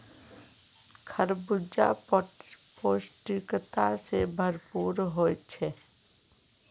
खरबूजा पौष्टिकता से भरपूर होछे